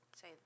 say